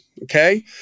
Okay